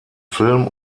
film